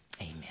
Amen